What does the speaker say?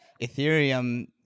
Ethereum